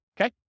okay